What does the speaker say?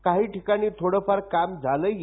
काही ठिकाणी थोडफार काम झालं ही